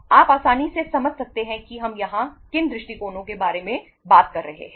आप आसानी से समझ सकते हैं कि हम यहां किन दृष्टिकोणों के बारे में बात कर रहे हैं